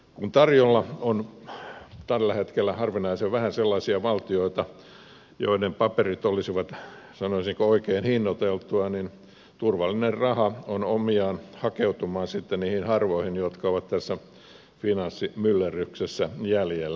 kun tarjolla on tällä hetkellä harvinaisen vähän sellaisia valtioita joiden paperit olisivat sanoisinko oikein hinnoiteltuja niin turvallinen raha on omiaan hakeutumaan sitten niihin harvoihin jotka ovat tässä finanssimyllerryksessä jäljellä